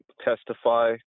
testify